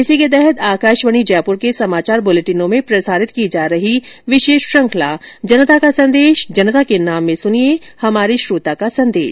इसी के तहत आकाशवाणी जयपुर के समाचार बुलेटिनों में प्रसारित की जा रही विशेष श्रृखंला जनता का संदेश जनता के नाम में सुनिये हमारे श्रोता का संदेश